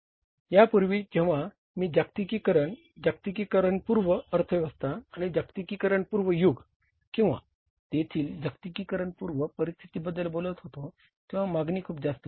यापूर्वी जेव्हा मी जागतिकीकरण जागतिकीकरणपूर्व अर्थव्यवस्था किंवा जागतिकीकरणपूर्व युग किंवा तेथील जागतिकीकरणपूर्व परिस्थितीबद्दल बोलत होतो तेव्हा मागणी खूप जास्त होती